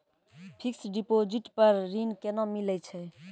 Fixed deposit पर ऋण केना मिलै छै?